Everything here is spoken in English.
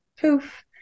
poof